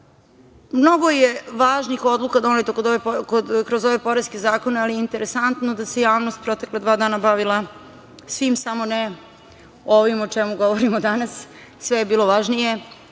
je važnih odluka doneto kroz ove poreske zakone, ali interesantno da se javnost protekla dva dana bavila svim samo ne ovim o čemu govorimo danas, sve je bilo važnije,